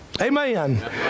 Amen